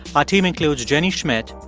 ah team includes jenny schmidt,